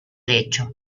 hecho